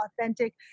authentic